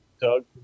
Doug